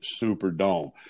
Superdome